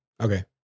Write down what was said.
Okay